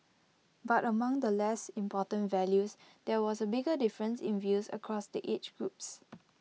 but among the less important values there was A bigger difference in views across the age groups